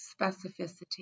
specificity